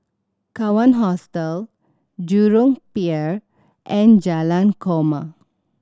Kawan Hostel Jurong Pier and Jalan Korma